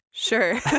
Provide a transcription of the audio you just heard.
Sure